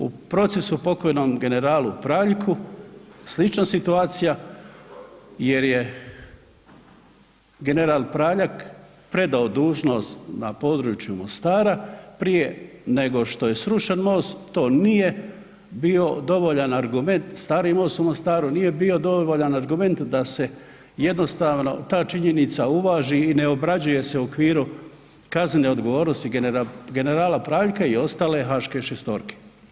U procesu pokojnom generalu Praljku slična situacija jer je general Praljak predao dužnost na području Mostara prije nego što je srušen most, to nije bio dovoljan argument, stari most u Mostaru nije bio dovoljan argument da se jednostavno ta činjenica uvaži i ne obrađuje se u okviru kaznene odgovornosti generala Praljka i ostale haške šestorke.